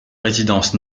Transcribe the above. résidence